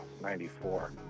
94